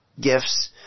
gifts